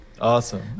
awesome